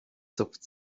zupft